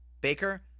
Baker